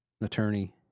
attorney